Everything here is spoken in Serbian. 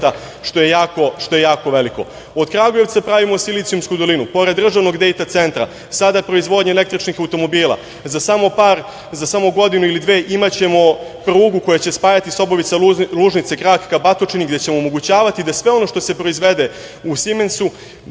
što je jako veliko. Od Kragujevca pravimo silicijumsku dolinu. Pored državnog DATA centra, sada proizvodnja električnih automobila. Za samo godinu ili dve imaćemo prugu koja će spajati Sobovica – Lužnice, krak ka Batočini, gde ćemo omogućavati da sve ono što se proizvede u „Simensu“,